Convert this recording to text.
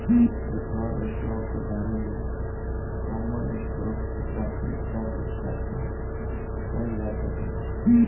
preferred stock के बारे में कॉमन स्टॉक से प्राथमिकता के चार्चा कईल जा सकेला